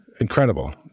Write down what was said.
incredible